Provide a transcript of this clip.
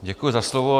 Děkuji za slovo.